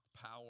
power